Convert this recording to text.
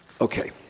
Okay